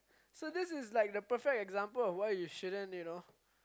so this like the perfect example of why you shouldn't you know